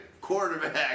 quarterback